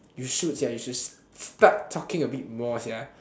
you should sia you should s~ start talking a bit more sia